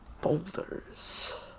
boulders